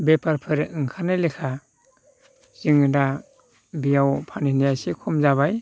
बेफारफोर ओंखारनाय लेखा जोङो दा बेयाव फानहैनाया एसे खम जाबाय